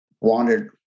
wanted